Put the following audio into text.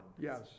yes